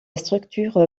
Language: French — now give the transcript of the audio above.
structure